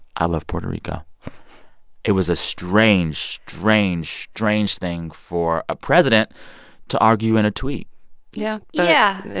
i love puerto rico it was a strange, strange, strange thing for a president to argue in a tweet yeah yeah yeah